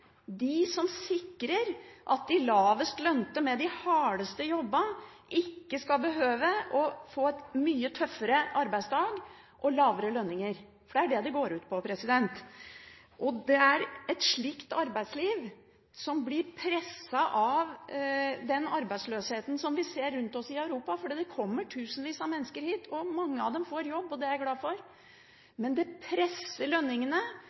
de som sikrer at de lavest lønte med de hardeste jobbene ikke skal behøve å få en mye tøffere arbeidsdag og lavere lønninger. For det er det det går ut på. Og det er et slikt arbeidsliv som blir presset av den arbeidsløsheten som vi ser rundt oss i Europa. Det kommer tusenvis av mennesker hit, og mange av dem får jobb. Det er jeg glad for, men det presser lønningene,